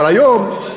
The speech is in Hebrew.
אבל היום,